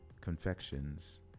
Confections